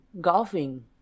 Golfing